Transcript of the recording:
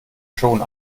schon